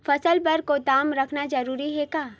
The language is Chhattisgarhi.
फसल बर गोदाम रखना जरूरी हे का?